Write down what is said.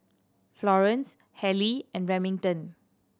Florence Halley and Remington